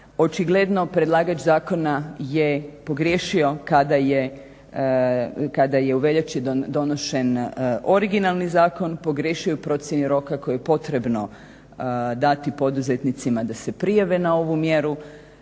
Očigledno predlagač zakona je pogriješio kada je u veljači donošen originalni zakon, pogriješio je u procjeni roka koji je potrebno dati poduzetnicima da se prijave na ovu mjeru.